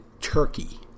Turkey